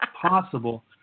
possible